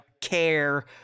care